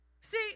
See